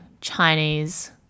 Chinese